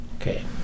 okay